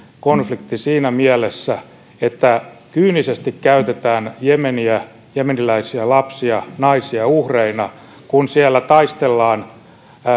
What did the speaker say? konflikti siinä mielessä että kyynisesti käytetään jemeniä jemeniläisiä lapsia naisia uhreina kun siellä taistellaan